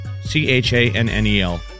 C-H-A-N-N-E-L